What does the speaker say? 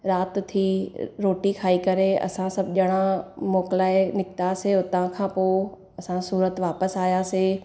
राति थी रोटी खाई करे असां सभु ॼणा मोकिलाए निकितासीं हुतां खां पोइ असां सूरत वापसि आयासीं